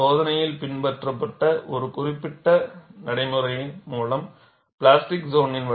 சோதனையில் பின்பற்றப்பட்ட ஒரு குறிப்பிட்ட நடைமுறையின் மூலம் பிளாஸ்டிக் சோனின் plastic zone